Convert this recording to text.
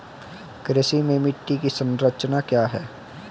कृषि में मिट्टी की संरचना क्या है?